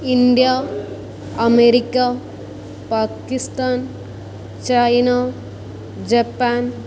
India America Pakistan China Japan